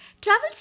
Travels